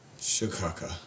Chicago